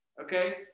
Okay